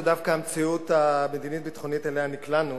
זו דווקא המציאות המדינית-ביטחונית שאליה נקלענו,